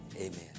Amen